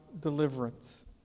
deliverance